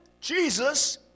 Jesus